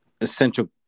essential